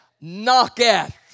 knocketh